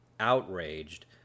outraged